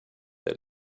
der